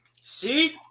See